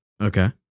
Okay